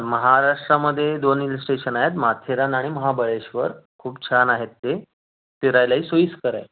महाराष्ट्रामध्ये दोन hill station आहेत माथेरान आणि महाबळेश्वर खूप छान आहे ते फिरायलाही सोयिस्कर आहे